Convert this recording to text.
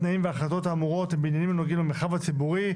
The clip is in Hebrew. התנאים וההחלטות האמורות הם בעניינים הנוגעים למרחב הבטיחותי,